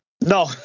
No